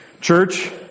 Church